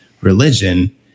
religion